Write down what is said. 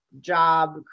job